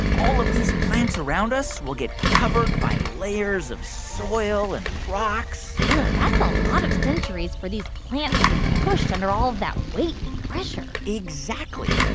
all of these plants around us will get covered by layers of soil and rocks that's a lot of centuries for these plants to be pushed under all of that weight and pressure exactly.